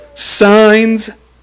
signs